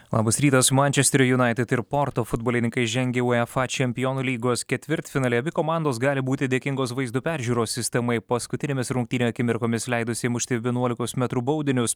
labas rytas mančesterio unaited ir porto futbolininkai žengė į uefa čempionų lygos ketvirtfinalį abi komandos gali būti dėkingos vaizdo peržiūros sistemai paskutinėmis rungtynių akimirkomis leidusiai mušti vienuolikos metrų baudinius